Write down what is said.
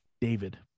David